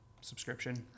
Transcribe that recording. subscription